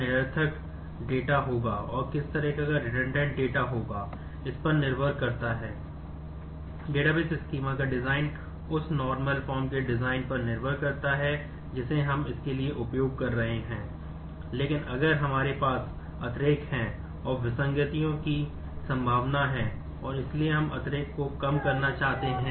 लेकिन अगर हमारे पास अतिरेक से छुटकारा चाहते हैं